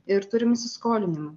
ir turim įsiskolinimų